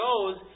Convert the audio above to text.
goes